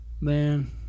Man